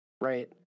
right